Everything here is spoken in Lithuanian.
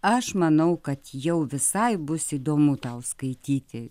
aš manau kad jau visai bus įdomu tau skaityti